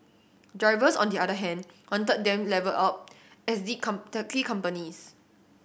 drivers on the other hand wanted them levelled up as the companies